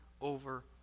over